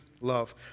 love